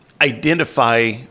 identify